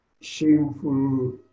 Shameful